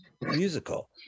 musical